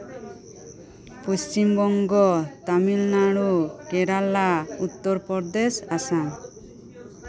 Paschim Banga Tamil Nadu Kerala Uttar Pradesh Assam